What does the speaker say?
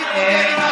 והיא צריכה את הכלים.